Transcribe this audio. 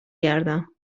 گردم